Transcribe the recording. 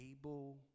able